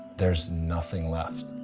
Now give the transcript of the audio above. there's nothing left.